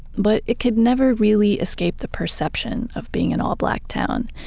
but it could never really escape the perception of being an all-black town.